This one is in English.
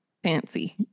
Fancy